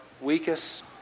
weakest